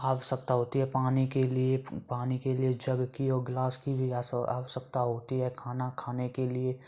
आवश्यकता होती है पानी के लिए पानी के लिए जग की और गिलास की भी आस आवश्यकता होती है खाना खाने के लिए